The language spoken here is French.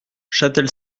châtel